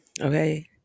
okay